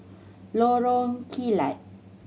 Lorong Kilat